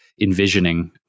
envisioning